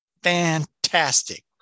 fantastic